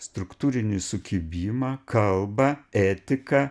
struktūrinį sukibimą kalbą etiką